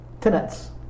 tenants